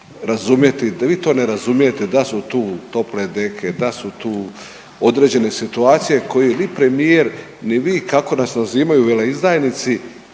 vi to ne razumijete da su tu tople deke, da su tu određene situacije koje ni premijer, ni vi kako nas nazivaju veleizdajnici